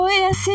yes